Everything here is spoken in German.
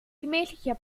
gemächlicher